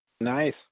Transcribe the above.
nice